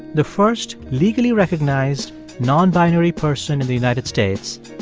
the first legally recognized nonbinary person in the united states,